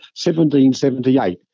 1778